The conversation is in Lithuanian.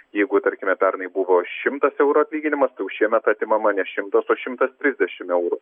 jeigu tarkime pernai buvo šimtas eurų atlyginimas tai jau šiemet atimama ne šimtas o šimtas trisdešim eurų